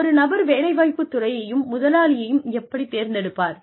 ஒரு நபர் வேலைவாய்ப்புத் துறையையும் முதலாளியையும் எப்படித் தேர்ந்தெடுப்பார்